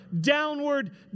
downward